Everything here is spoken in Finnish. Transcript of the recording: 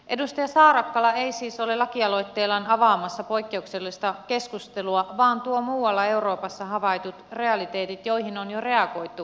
edustaja saarakkala ei siis ole lakialoitteellaan avaamassa poikkeuksellista keskustelua vaan tuo muualla euroopassa havaitut realiteetit joihin on jo reagoitu tähänkin saliin